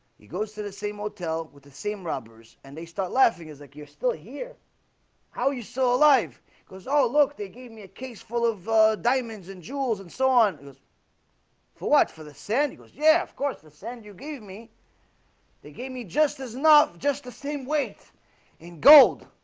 he goes to the same motel with the same robbers, and they start laughing is like you're still here how you so alive because all look they gave me a case full of diamonds and jewels and so on for watch for the sandy ghost yeah, of course the sand you gave me they gave me just as not just the same weight in gold